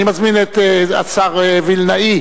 אני מזמין את השר וילנאי,